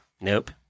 nope